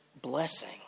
blessing